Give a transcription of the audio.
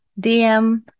DM